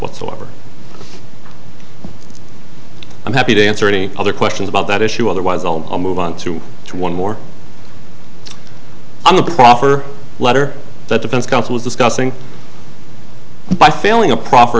whatsoever i'm happy to answer any other questions about that issue otherwise i'll move on to one more on the proper letter that defense counsel is discussing by failing a proper